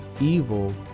evil